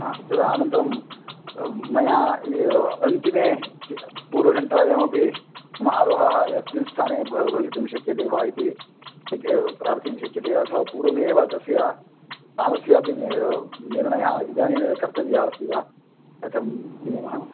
हा तद् अनन्तरं मया अन्तिमे पूर्वघण्टायामपि मम आरोहः यस्मिन् स्थाने भ भवितुं शक्यते वा इति शक्य प्रार्थितुं शक्यते वा अथवा पूर्वमेव तस्य स्थानस्यापि निर्णयः इदानीमेव कर्तव्यः अस्ति वा कथं नियमः